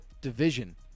division